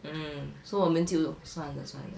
mm so 我们就算了算了